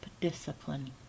discipline